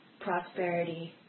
prosperity